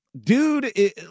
Dude